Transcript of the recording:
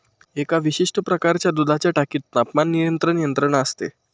एका विशिष्ट प्रकारच्या दुधाच्या टाकीत तापमान नियंत्रण यंत्रणा असते